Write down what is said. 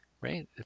right